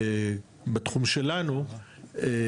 בתחום שלנו,